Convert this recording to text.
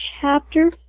chapter